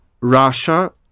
Russia